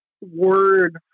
word